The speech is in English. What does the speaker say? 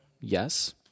Yes